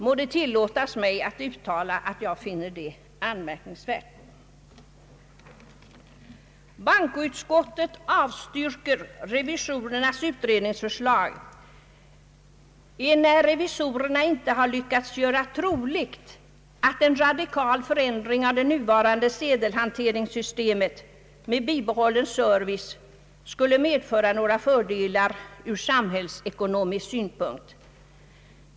Må det tillåtas mig att uttala att jag finner det anmärkningsvärt. inte har lyckats göra troligt att en radikal förändring av det nuvarande sedelhanteringssystemet med bibehållen service skulle medföra några fördelar ur samhällsekonomisk synpunkt.